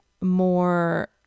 more